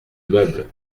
meubles